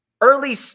Early